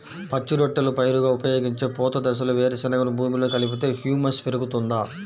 పచ్చి రొట్టెల పైరుగా ఉపయోగించే పూత దశలో వేరుశెనగను భూమిలో కలిపితే హ్యూమస్ పెరుగుతుందా?